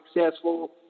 successful